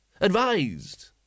Advised